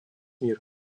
мир